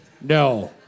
No